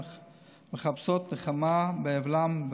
מחפשות נחמה באבלן,